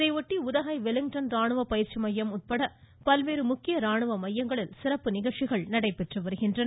இதையொட்டி உதகை வெலிங்டன் ராணுவ பயிற்சி மையம் உட்பட பல்வேறு முக்கிய ராணுவ மையங்களில் சிறப்பு நிகழ்ச்சிகள் நடைபெற்று வருகின்றன